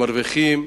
ומרוויחים